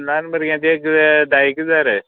ल्हान भुरग्यांक ते एक दायेक जाय रे